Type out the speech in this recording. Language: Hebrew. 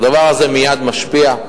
הדבר הזה מייד משפיע.